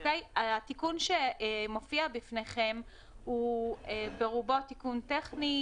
התיקון שמופיע בפניכם הוא ברובו תיקון טכני.